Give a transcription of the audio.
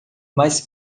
mais